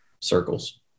circles